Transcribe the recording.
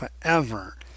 forever